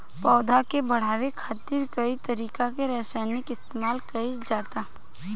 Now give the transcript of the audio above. पौधा के बढ़ावे खातिर कई तरीका के रसायन इस्तमाल कइल जाता